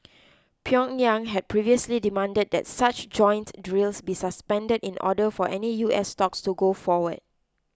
Pyongyang had previously demanded that such joint drills be suspended in order for any U S talks to go forward